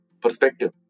perspective